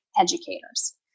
educators